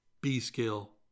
B-scale